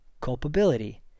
culpability